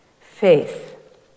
Faith